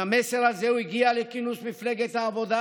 עם המסר הזה הוא הגיע לכינוס מפלגת העבודה